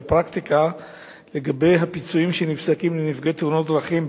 והפרקטיקה לגבי הפיצויים שנפסקים לנפגעי תאונות דרכים,